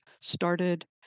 started